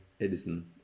Edison